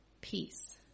Peace